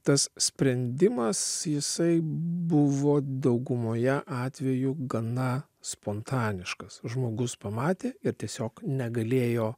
tas sprendimas jisai buvo daugumoje atvejų gana spontaniškas žmogus pamatė ir tiesiog negalėjo